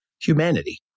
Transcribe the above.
humanity